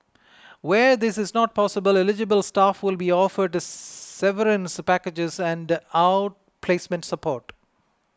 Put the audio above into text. where this is not possible eligible staff will be offered severance packages and outplacement support